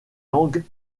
langues